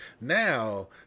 Now